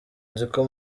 nziko